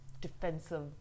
defensive